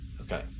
Okay